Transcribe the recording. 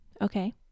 Okay